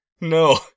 No